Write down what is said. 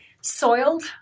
Soiled